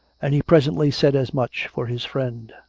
and he presently said as much for his friend.